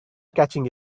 catching